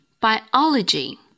biology